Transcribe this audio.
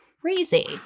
crazy